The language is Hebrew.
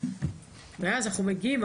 ואז אנחנו מגיעים,